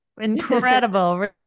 Incredible